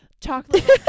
chocolate